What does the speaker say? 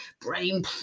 brain